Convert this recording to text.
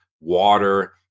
water